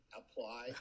apply